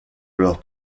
leur